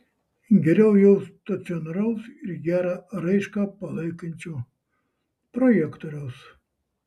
geriau jau stacionaraus ir gerą raišką palaikančio projektoriaus